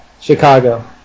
Chicago